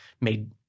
made